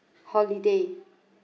holiday